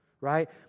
right